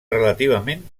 relativament